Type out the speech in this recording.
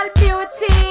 beauty